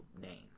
name